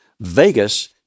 Vegas